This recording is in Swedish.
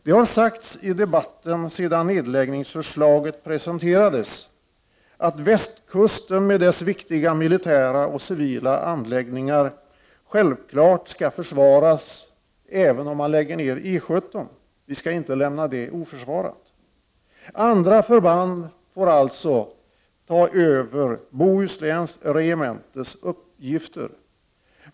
Det har sagts i debatten sedan nedläggningsförslaget presenterades att västkusten med dess viktiga militära och civila anläggningar självfallet skall försvaras även om man lägger ner I 17 — vi skall inte lämna västkusten oförsvarad. Andra förband får alltså ta över Bohusläns regementes uppgifter.